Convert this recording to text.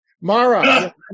Mara